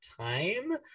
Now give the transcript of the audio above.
time